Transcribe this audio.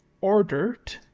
ordered